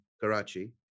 karachi